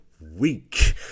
week